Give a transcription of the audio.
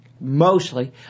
mostly